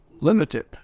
limited